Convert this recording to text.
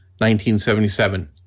1977